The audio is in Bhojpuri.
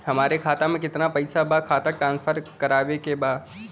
हमारे खाता में कितना पैसा बा खाता ट्रांसफर करावे के बा?